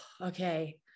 okay